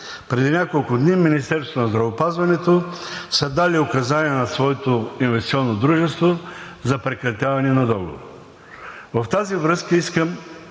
Преди няколко дни Министерството на здравеопазването са дали указания на своето инвестиционно дружество за прекратяване на договора. На базата